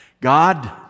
God